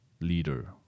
leader